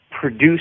produce